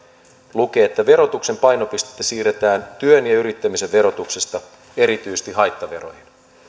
lukee että verotuksen painopistettä siirretään työn ja yrittämisen verotuksesta erityisesti haittaveroihin